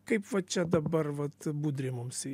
kaip va čia dabar vat budrį mums